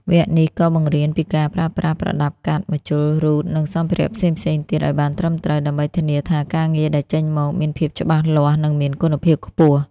វគ្គនេះក៏បង្រៀនពីការប្រើប្រាស់ប្រដាប់កាត់ ម្ជុល រ៉ូត និងសម្ភារៈផ្សេងៗទៀតឱ្យបានត្រឹមត្រូវ ដើម្បីធានាថាការងារដែលចេញមកមានភាពច្បាស់លាស់ និងមានគុណភាពខ្ពស់។